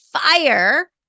fire